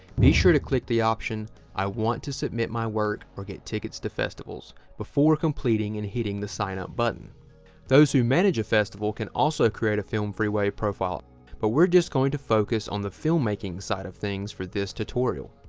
be sure to click the option i want to submit my work or get tickets to festivals before completing and heating the sign up button those who manage a festival can also create a film freeway profile but we're just going to focus on the filmmaking side of things for this tutorial